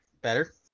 Better